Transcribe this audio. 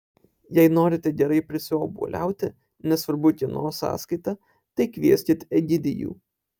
jei norite gerai prisiobuoliauti nesvarbu kieno sąskaita tai kvieskit egidijų